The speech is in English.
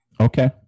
Okay